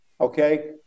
okay